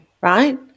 right